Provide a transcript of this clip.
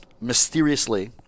mysteriously